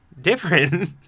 different